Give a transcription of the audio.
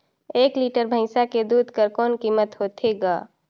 एक लीटर भैंसा के दूध कर कौन कीमत होथे ग?